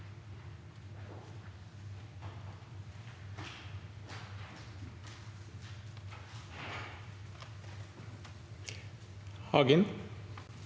Hagen